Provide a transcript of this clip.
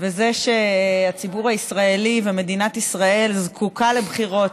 וזה שהציבור הישראלי ומדינת ישראל זקוקה לבחירות,